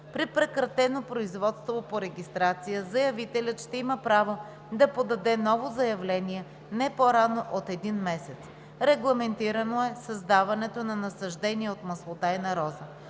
При прекратено производство по регистрация, заявителят ще има право да подаде ново заявление не по-рано от един месец. Регламентирано е създаването на насаждения от маслодайна роза.